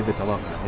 but columbus